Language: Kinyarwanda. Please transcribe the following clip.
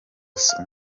russell